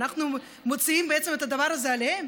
שאנחנו מוציאים בעצם את הדבר הזה עליהם?